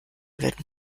würden